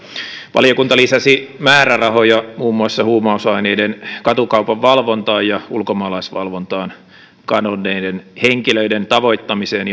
valiokunta lisäsi määrärahoja muun muassa huumausaineiden katukaupan valvontaan ja ulkomaalaisvalvontaan kadonneiden henkilöiden tavoittamiseen